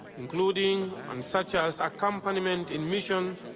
including and such as accompaniment in mission,